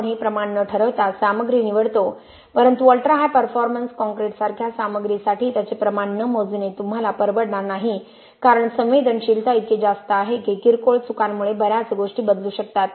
आपण हे प्रमाण न ठरवता सामग्री निवडतो परंतु अल्ट्रा हाय परफॉर्मन्स काँक्रीट सारख्या सामग्रीसाठी त्याचे प्रमाण न मोजणे तुम्हाला परवडणार नाही कारण संवेदनशीलता इतकी जास्त आहे की किरकोळ चुकांमुळे बर्याच गोष्टी बदलू शकतात